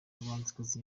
abahanzikazi